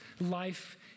life